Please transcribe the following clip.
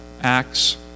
Acts